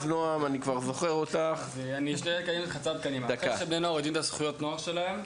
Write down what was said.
גם כשבני נוער יודעים את הזכויות שלהם,